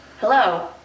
Hello